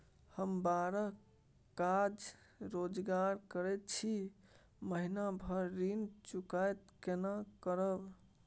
हम बाहर काज रोजगार करैत छी, महीना भर ऋण चुकता केना करब?